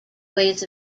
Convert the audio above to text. ways